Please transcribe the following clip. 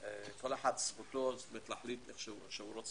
כל אחד זכותו להחליט איך שהוא רוצה,